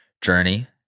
journey